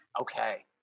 Okay